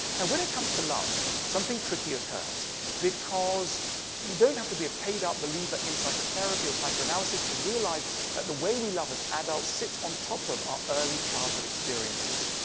and when it comes to love, something tricky occurs because you don't have to be a paid-up believer in psychotherapy or psychoanalysis to realize that the way we love as adults sits on top of our early childhood experiences.